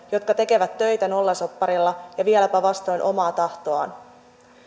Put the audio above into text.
jotka tekevät töitä nollasopparilla ja vieläpä vastoin omaa tahtoaan